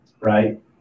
right